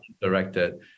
directed